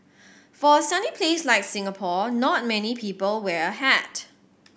for a sunny place like Singapore not many people wear a hat